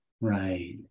Right